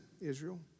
Israel